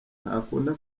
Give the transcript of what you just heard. ntakunda